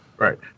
Right